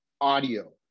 audio